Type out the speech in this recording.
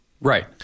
Right